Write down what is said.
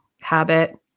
habit